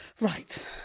Right